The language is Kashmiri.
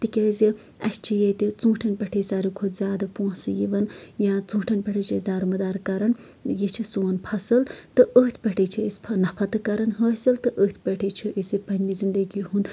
تِکیازِ اَسہِ چھِ ییٚتہِ ژوٗٹھٮ۪ن پٮ۪ٹھٕے ساروٕی کھۄتہٕ زیادٕ پۄنٛسہٕ یِوان یا ژوٗنٹھٮ۪ن پٮ۪ٹھٕے چھِ أسۍ دارمدار کران یہِ چھُ سون فَصٕل تہٕ أتھۍ پٮ۪ٹھٕے چھِ أسۍ نَفا تہٕ کران حٲصِل تہٕ أتھۍ پٮ۪ٹھٕے چھِ أسۍ پَنٕنہِ زنٛدگی ہُنٛد